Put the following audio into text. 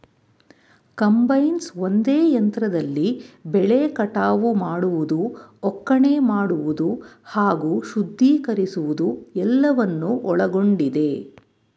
combines ಒಂದೇ ಯಂತ್ರದಲ್ಲಿ ಬೆಳೆ ಕಟಾವು ಮಾಡುವುದು ಒಕ್ಕಣೆ ಮಾಡುವುದು ಹಾಗೂ ಶುದ್ಧೀಕರಿಸುವುದು ಎಲ್ಲವನ್ನು ಒಳಗೊಂಡಿದೆ